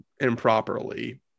improperly